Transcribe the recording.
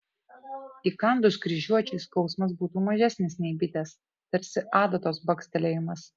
įkandus kryžiuočiui skausmas būtų mažesnis nei bitės tarsi adatos bakstelėjimas